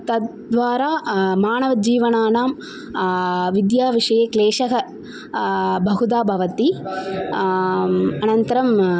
तद्वारा मानवजीवनानां विद्या विषये क्लेशः बहुधा भवति अनन्तरम्